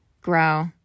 grow